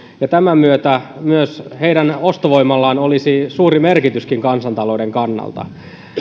ja tämän myötä myös heidän ostovoimallaan olisi suuri merkitys kansantalouden kannalta